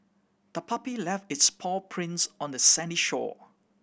the puppy left its paw prints on the sandy shore